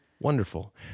wonderful